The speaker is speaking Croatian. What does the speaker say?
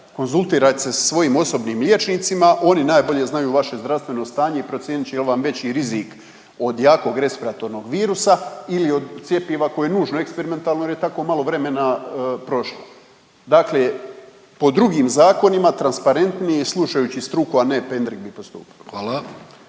konzultirajte se sa svojim osobnim liječnicima, oni najbolje znaju vaše zdravstveno stanje i procijenit će je li vam veći rizik od jakog respiratornog virusa ili od cjepiva koje je nužno eksperimentalno jer je tako malo vremena prošlo. Dakle po drugim zakonima transparentnije je slušajući struku, a ne pendrek bi postupio.